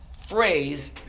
phrase